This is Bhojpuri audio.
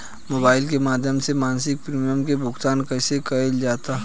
मोबाइल के माध्यम से मासिक प्रीमियम के भुगतान कैसे कइल जाला?